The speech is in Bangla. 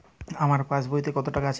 আমার পাসবইতে কত টাকা আছে?